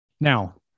Now